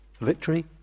victory